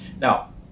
now